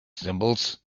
symbols